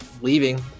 leaving